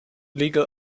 legal